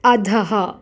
अधः